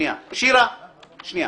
כל אלה